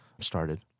started